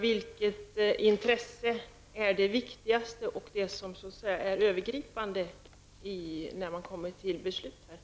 Vilket intresse är det viktigaste och övergripande i de beslut som skall fattas?